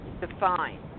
define